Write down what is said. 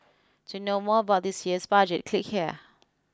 to know more about this year's budget click here